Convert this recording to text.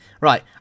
Right